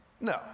No